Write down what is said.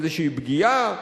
לאיזו פגיעה,